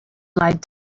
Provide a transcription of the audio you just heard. lied